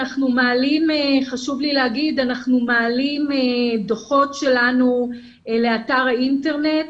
חשוב לי לומר שאנחנו מעלים דוחות שלנו לאתר האינטרנט.